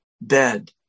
bed